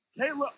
Kayla